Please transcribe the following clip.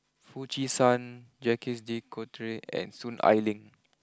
Foo Chee San Jacques De Coutre and Soon Ai Ling